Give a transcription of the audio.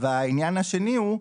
והעניין השני הוא,